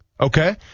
Okay